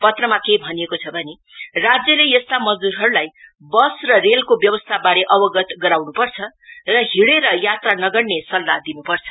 पत्रमा के भनिएको छ भने राज्यले यस्ता मजदूरहरुलाई वस र रेलको व्यवस्थाबारे अवगत गराउन्पर्छ र हिँडेर यात्रा नगर्ने सल्लाह दिनुपर्छ